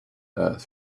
earth